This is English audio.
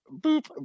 boop